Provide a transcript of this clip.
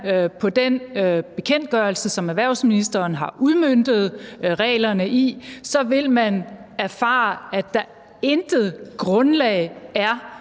på den bekendtgørelse, som erhvervsministeren har udmøntet reglerne i, så vil man erfare, at der intet grundlag er